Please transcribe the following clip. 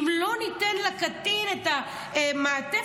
אם לא ניתן לקטין את המעטפת,